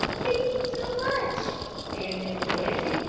thank you, so much, said miss bessie.